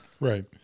Right